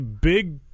big